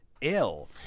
ill